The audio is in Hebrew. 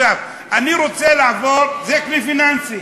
זה כלי פיננסי.